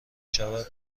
شود